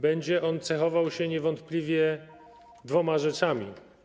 Będzie on cechował się niewątpliwie dwoma rzeczami.